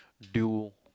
dual